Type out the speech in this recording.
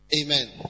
Amen